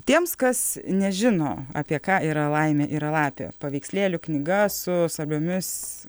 tiems kas nežino apie ką yra laimė yra lapė paveikslėlių knyga su svarbiomis